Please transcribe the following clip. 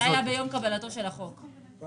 זה היה "ביום קבלתו של החוק בכנסת".